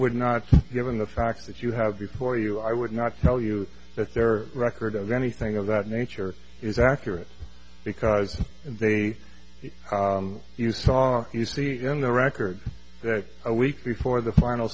would not given the facts that you have before you i would not tell you that their record of anything of that nature is accurate because they you saw you see in the records that a week before the final